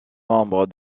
membre